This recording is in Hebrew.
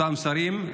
אותם שרים,